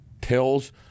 tells